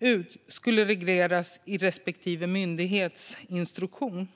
ut skulle regleras i respektive myndighets instruktion.